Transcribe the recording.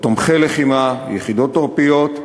או תומכי לחימה, יחידות עורפיות,